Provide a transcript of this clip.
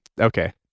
Okay